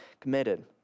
committed